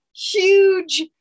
huge